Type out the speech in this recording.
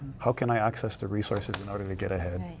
how can i access the resources in order to get ahead?